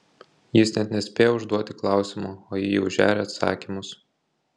jis net nespėja užduoti klausimo o ji jau žeria atsakymus